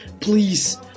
please